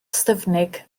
ystyfnig